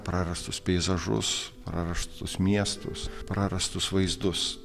prarastus peizažus prarastus miestus prarastus vaizdus